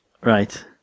right